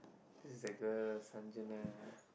this is the girl